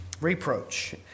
reproach